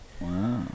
Wow